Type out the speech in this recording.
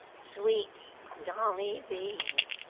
sweet dolly v,